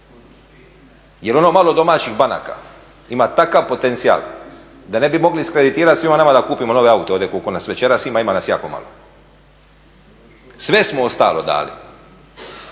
jer ono malo domaćih banaka ima takav potencijal da ne bi mogli iskreditirati svima nama da kupimo nove aute, ovdje koliko nas večeras ima, ima nas jako malo. Sve smo ostalo dali